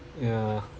yeah